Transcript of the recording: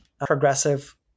progressive